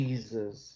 Jesus